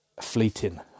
fleeting